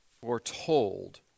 foretold